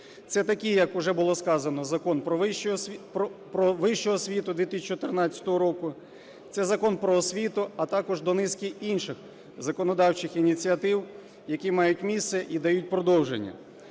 Це такі, як уже було сказано, Закон "Про вищу освіту" 2014 року, це Закон "Про освіту", а також до низки інших законодавчих ініціатив, які мають місце і дають продовження.